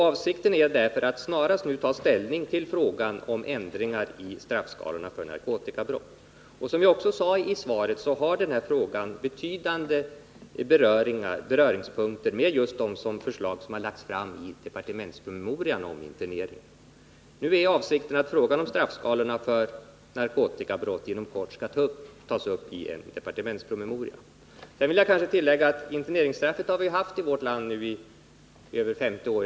Avsikten är därför att snarast ta ställning till frågan om ändring i straffskalorna för narkotikabrott. Som jag också sade i svaret har denna fråga betydande beröringspunkter med just det förslag som har lagts fram i departementspromemorian om internering. Nu är avsikten att frågan om straffskalorna för narkotikabrott inom kort skall tas upp i en departementspromemoria. Sedan vill jag tillägga att vi har haft interneringsstraffet i vårt land i över 50 år.